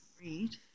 read